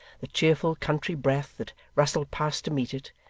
the cheerful country breath that rustled past to meet it,